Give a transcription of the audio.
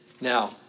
Now